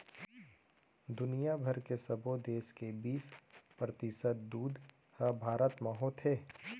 दुनिया भर के सबो देस के बीस परतिसत दूद ह भारत म होथे